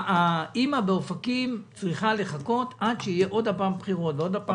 האם באופקים צריכה לחכות שיהיו בחירות שוב?